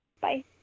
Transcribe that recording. Bye